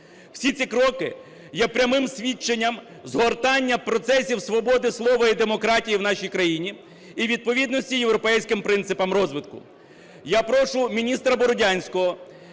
Всі ці кроки є прямим свідченням згортання процесів свободи сова і демократії в нашій країні і відповідності європейським принципам розвитку.